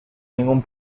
ningún